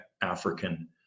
African